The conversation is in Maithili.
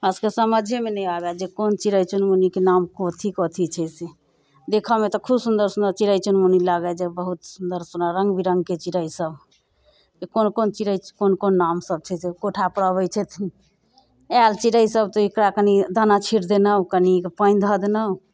हमरा सभकेँ समझेमे नहि आबय जे कोन चिड़ै चुनमुनीके नाम कथी कथी छै से देखयमे तऽ खूब सुन्दर सुन्दर चिड़ै चुनमुनीसभ लागै जे बहुत सुन्दर सुन्दर रङ्ग बिरङ्गके चिड़ैसभ कि कोन कोन चिड़ै कोन कोन नामसभ छै से कोठापर आबै छथिन आयल चिड़ैसभ तऽ एकरा कनि दाना छीटि देलहुँ कनिक पानि धऽ देलहुँ